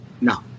No